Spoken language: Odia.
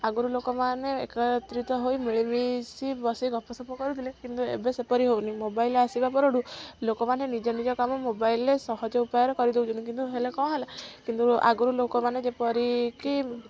ଆଗରୁ ଲୋକମାନେ ଏକତ୍ରିତ ହୋଇ ମିଳିମିଶି ବସି ଗପସପ କରୁଥିଲେ କିନ୍ତୁ ଏବେ ସେପରି ହେଉନି ମୋବାଇଲ୍ ଆସିବା ପରଠୁ ଲୋକମାନେ ନିଜ ନିଜ କାମ ମୋବାଇଲ୍ରେ ସହଜ ଉପାୟରେ କରିଦେଉଛନ୍ତି କିନ୍ତୁ ହେଲେ କ'ଣ ହେଲା କିନ୍ତୁ ଆଗରୁ ଲୋକମାନେ ଯେପରି କି